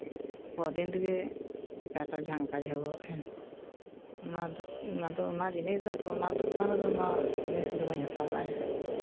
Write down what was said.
ᱠᱚᱫᱤᱱ ᱨᱮᱜᱤ ᱪᱮᱠᱟᱪᱚ ᱡᱷᱟᱝᱠᱟ ᱡᱷᱟᱹᱣᱟᱹᱭᱮᱱ ᱚᱱᱟ ᱡᱤᱱᱤᱥ ᱫᱚ ᱟᱫᱚ ᱚᱱᱟ ᱫᱚᱠᱟᱱ ᱨᱮᱫᱚ ᱡᱤᱱᱤᱥ ᱠᱚᱫᱚ ᱵᱟᱹᱧ ᱦᱟᱛᱟᱣ ᱵᱟᱲᱟᱭᱟ